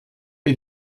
les